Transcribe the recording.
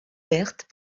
pertes